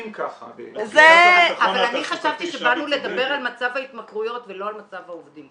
אבל אני חשבתי שבאנו לדבר על מצב ההתמכרויות ולא על מצב העובדים.